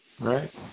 Right